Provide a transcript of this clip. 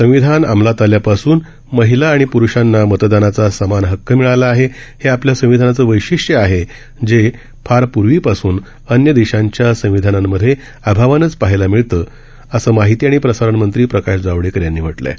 संविधान अंमलात आल्यापासून महिला आणि प्रूषांना मतदानाचा समान हक्क मिळाला आहे हे आपल्या संविधानाचं वैशिष्ट्य आहे जे फार पूर्वीपासून अन्य देशांच्या संविधानांमधे अभावानेच पहायला मिळतं असं माहिती आणि प्रसारणमंत्री प्रकाश जावडेकर यांनी म्हटलं आहे